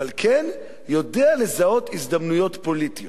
אבל כן יודע לזהות הזדמנויות פוליטיות,